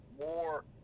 more